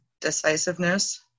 decisiveness